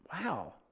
wow